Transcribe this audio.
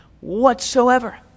whatsoever